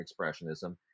expressionism